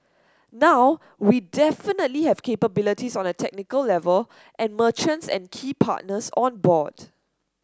now we definitely have capabilities on a technical level and merchants and key partners on board